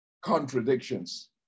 contradictions